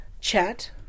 Chat